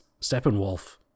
Steppenwolf